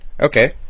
Okay